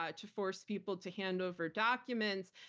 ah to force people to hand over documents.